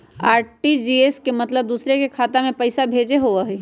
RTGS के मतलब दूसरे के खाता में पईसा भेजे होअ हई?